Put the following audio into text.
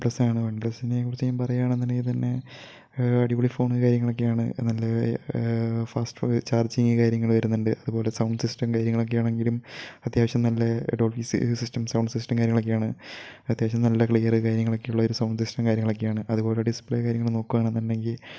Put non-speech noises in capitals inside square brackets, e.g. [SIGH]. one plus ആണ് one പ്ലസ്സിനെകുറിച്ച് ഞാന് പറയുകയാണെന്നുണ്ടെങ്കിൽ തന്നെ അടിപൊളി ഫോൺ കാര്യങ്ങളൊക്കെ ആണ് നല്ല ഫാസ്റ്റ്റ്റര് ചാര്ജിംഗ് കാര്യങ്ങൾ വരുന്നുണ്ട് അതുപോലെ സൗണ്ട് സിസ്റ്റങ്ങൾ കാര്യങ്ങളാണെങ്കിലും അത്യാവശ്യം നല്ല [UNINTELLIGIBLE] സോങ്ങ് സിസ്റ്റം കാര്യങ്ങളൊക്കെയാണ് അത്യവശ്യം നല്ല ക്ലിയർ കാര്യങ്ങളൊക്കെയുള്ള ഒരു സൗണ്ട് സിസ്റ്റം കാര്യങ്ങളൊക്കെയാണ് അതുപോലെ ഡിസ്പ്ലേ കാര്യങ്ങൾ നോക്കുകയാണെന്നുണ്ടെങ്കിൽ